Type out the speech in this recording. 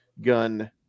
gun